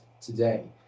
today